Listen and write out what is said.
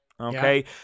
Okay